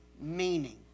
meaning